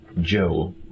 Joe